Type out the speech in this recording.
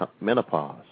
menopause